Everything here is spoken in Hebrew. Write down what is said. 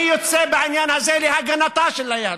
אני יוצא בעניין הזה להגנתה של היהדות,